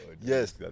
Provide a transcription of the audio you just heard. Yes